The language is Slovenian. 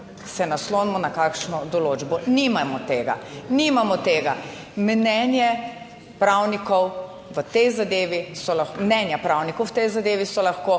Se naslonimo na kakšno določbo? Nimamo tega, nimamo tega. Mnenje pravnikov v tej zadevi so lahko, mnenja pravnikov v tej zadevi so lahko